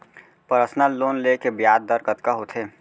Personal loan ले के ब्याज दर कतका होथे?